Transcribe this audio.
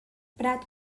prat